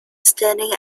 standing